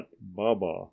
Baba